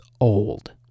old